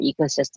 ecosystem